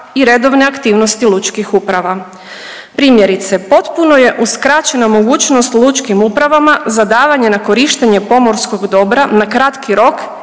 i redovne aktivnosti lučkih uprava. Primjerice, potpuno je uskraćena mogućnost lučkim upravama za davanje na korištenje pomorskog dobra na kratki rok